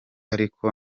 ariko